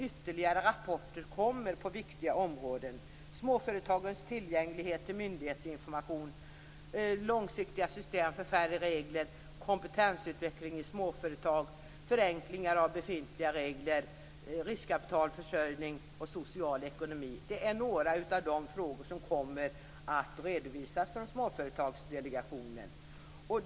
Ytterligare rapporter kommer på viktiga områden. Småföretagens tillgänglighet till myndighetsinformation, långsiktiga system för färre regler, kompetensutveckling i småföretag, förenklingar av befintliga regler, riskkapitalförsörjning och social ekonomi är några av de frågor som kommer att redovisas av småföretagsdelegationen.